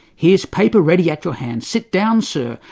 here's paper ready at your hand. sit down, sir,